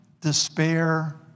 despair